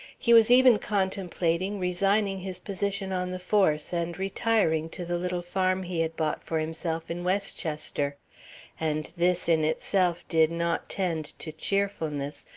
he was even contemplating resigning his position on the force and retiring to the little farm he had bought for himself in westchester and this in itself did not tend to cheerfulness,